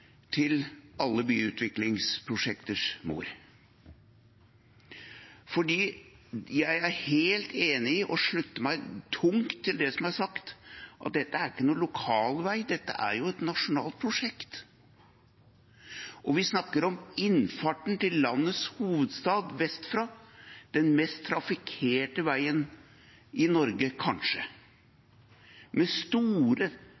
til alle byutviklingsprosjekters mor. Jeg er helt enig i og slutter meg tungt til det som er sagt, at dette ikke er noen lokalvei, dette er et nasjonalt prosjekt. Vi snakker om innfarten til landets hovedstad vestfra, kanskje den mest trafikkerte veien i Norge.